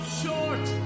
short